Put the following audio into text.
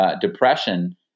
Depression